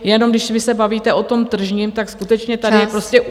Jenom když se bavíte o tom tržním, tak skutečně tady prostě